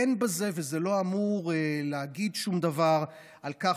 אין בזה וזה לא אמור להגיד שום דבר על כך